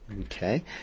Okay